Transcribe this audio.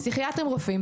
פסיכיאטרים רופאים,